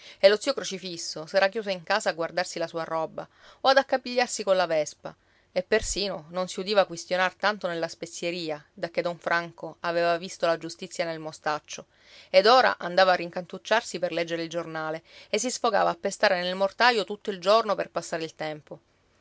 e lo zio crocifisso s'era chiuso in casa a guardarsi la sua roba o ad accapigliarsi colla vespa e persino non si udiva quistionar tanto nella spezieria dacché don franco aveva visto la giustizia nel mostaccio ed ora andava a rincantucciarsi per leggere il giornale e si sfogava a pestare nel mortaio tutto il giorno per passare il tempo